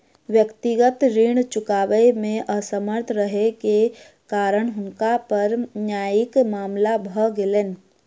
व्यक्तिगत ऋण चुकबै मे असमर्थ रहै के कारण हुनका पर न्यायिक मामला भ गेलैन